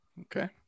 Okay